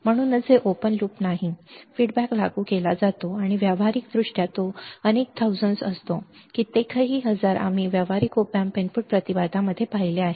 म्हणूनच ते open loop नाही अभिप्राय लागू केला जातो आणि व्यावहारिकदृष्ट्या तो अनेक 1000s असतो कित्येक 1000 आम्ही व्यावहारिक op amp इनपुट प्रतिबाधा मध्ये पाहिले आहे